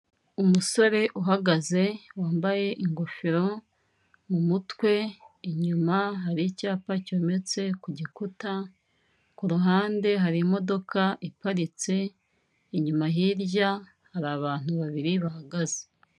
Umusore uhagaze wambaye ingofero mu mutwe, inyuma hari icyapa cyometse ku gikuta, ku ruhande hari imodoka iparitse, inyuma hirya hari abantu babiri bahagaze.